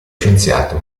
scienziato